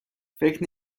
فکر